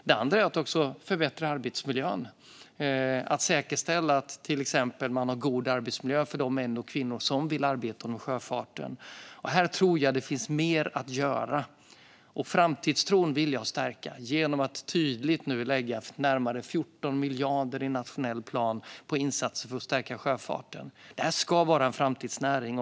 Det gäller också att förbättra arbetsmiljön och att säkerställa att arbetsmiljön för de män och kvinnor som vill arbeta inom sjöfarten är god. Här tror jag att det finns mer att göra. Jag vill stärka framtidstron genom att tydligt lägga närmare 14 miljarder i nationell plan på insatser för att stärka sjöfarten. Det här ska vara en framtidsnäring.